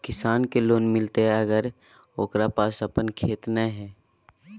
किसान के लोन मिलताय अगर ओकरा पास अपन खेत नय है?